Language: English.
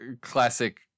classic